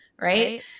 right